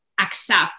accept